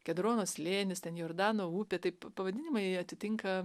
kedrono slėnis ten jordano upė taip pavadinimai atitinka